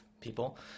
people